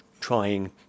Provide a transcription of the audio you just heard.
trying